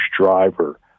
driver